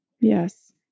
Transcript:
Yes